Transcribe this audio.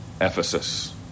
Ephesus